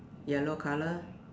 yellow colour